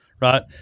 right